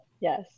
Yes